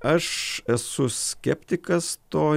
aš esu skeptikas to